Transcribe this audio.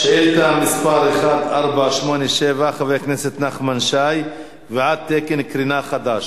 שאילתא מס' 487: קביעת תקן קרינה חדש.